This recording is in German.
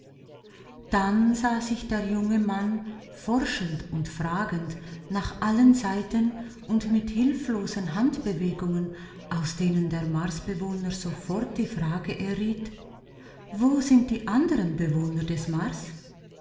dann sah sich der junge mann forschend und fragend nach allen seiten um mit hilflosen handbewegungen aus denen der marsbewohner sofort die frage erriet wo sind die andern bewohner des mars